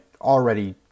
already